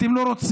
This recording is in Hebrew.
אתם לא רוצים?